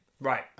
Right